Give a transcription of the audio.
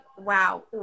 Wow